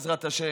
בעזרת השם,